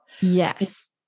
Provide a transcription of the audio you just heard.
Yes